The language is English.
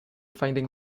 finding